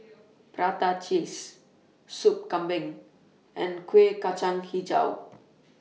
Prata Cheese Sop Kambing and Kueh Kacang Hijau